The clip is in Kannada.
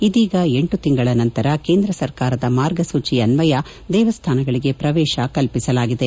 ಇದೀಗ ಎಂಟು ತಿಂಗಳ ನಂತರ ಕೇಂದ್ರ ಸರ್ಕಾರದ ಮಾರ್ಗಸೂಚಿ ಅನ್ವಯ ದೇವಸ್ಥಾನಗಳಿಗೆ ಪ್ರವೇಶ ಕಲ್ಪಿಸಲಾಗಿದೆ